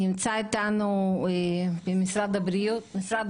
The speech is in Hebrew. נמצאת איתנו גאיה מצוות בריאות במשרד